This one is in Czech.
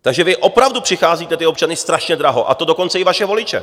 Takže vy opravdu přicházíte ty občany strašně draho, a to dokonce i vaše voliče.